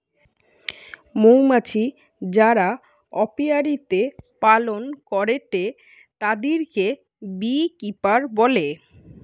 মৌমাছি যারা অপিয়ারীতে পালন করেটে তাদিরকে বী কিপার বলে